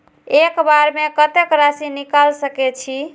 एक बार में कतेक राशि निकाल सकेछी?